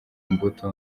imbuto